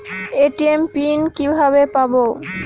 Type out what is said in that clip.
ATM PIN কিভাবে পাবো?